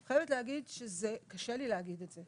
אני חייבת להגיד שזה קשה לי להגיד את זה,